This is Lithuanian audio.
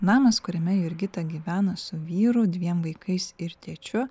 namas kuriame jurgita gyvena su vyru dviem vaikais ir tėčiu